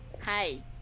Hi